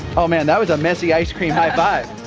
oh man, that was a messy ice-cream high five.